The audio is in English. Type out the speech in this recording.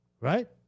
right